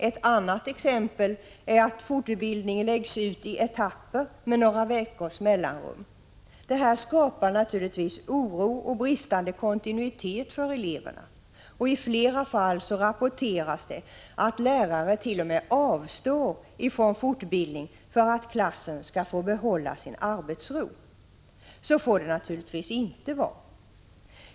En annan möjlighet är att fortbildningen läggs ut i etapper med några veckors mellanrum. Detta skapar naturligtvis oro och bristande kontinuitet för eleverna. I några fall rapporteras det att lärare t.o.m. avstår från fortbildning för att klassen skall få sin arbetsro. Så får det naturligtvis inte vara.